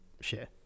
share